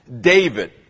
David